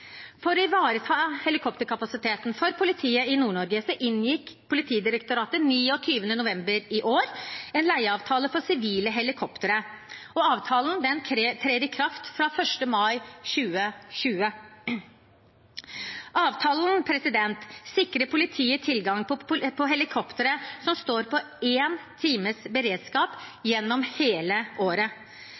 For å ivareta helikopterkapasiteten for politiet i Nord-Norge inngikk Politidirektoratet den 29. november i år en leieavtale på sivile helikoptre, og avtalen trer i kraft fra 1. mai 2020. Avtalen sikrer politiet tilgang på helikoptre som står på én times beredskap gjennom hele året.